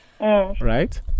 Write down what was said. Right